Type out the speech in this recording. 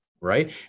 right